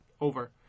over